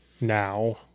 now